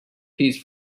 piece